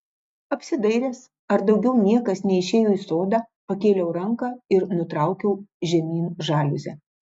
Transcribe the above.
apsidairęs ar daugiau niekas neišėjo į sodą pakėliau ranką ir nutraukiau žemyn žaliuzę